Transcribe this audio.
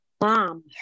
mom